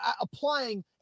applying